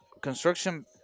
construction